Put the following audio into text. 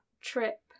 trip